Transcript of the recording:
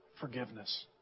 Forgiveness